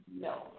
No